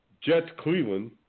Jets-Cleveland